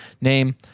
name